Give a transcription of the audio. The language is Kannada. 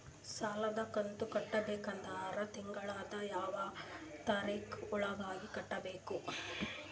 ಸಾಲದ ಕಂತು ಕಟ್ಟಬೇಕಾದರ ತಿಂಗಳದ ಯಾವ ತಾರೀಖ ಒಳಗಾಗಿ ಕಟ್ಟಬೇಕು?